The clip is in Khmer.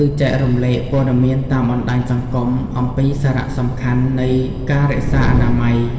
ឬចែករំលែកព័ត៌មានតាមបណ្ដាញសង្គមអំពីសារៈសំខាន់នៃការរក្សាអនាម័យ។